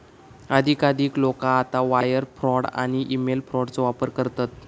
अधिकाधिक लोका आता वायर फ्रॉड आणि ईमेल फ्रॉडचो वापर करतत